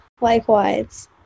likewise